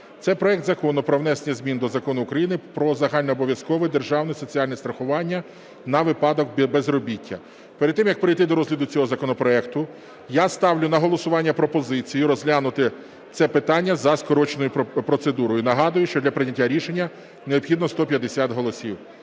Це проект Закону про внесення змін до Закону України "Про загальнообов'язкове державне соціальне страхування на випадок безробіття". Перед тим як перейти до розгляду цього законопроекту, я ставлю на голосування пропозицію розглянути це питання за скороченою процедурою. Нагадую, що для прийняття рішення необхідно 150 голосів.